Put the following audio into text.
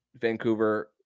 Vancouver